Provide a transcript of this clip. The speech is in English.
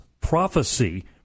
prophecy